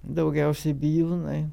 daugiausiai bijūnai